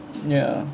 ya